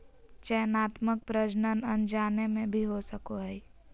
चयनात्मक प्रजनन अनजाने में भी हो सको हइ